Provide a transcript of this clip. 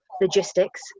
logistics